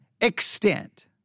extent